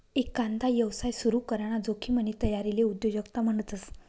एकांदा यवसाय सुरू कराना जोखिमनी तयारीले उद्योजकता म्हणतस